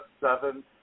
seven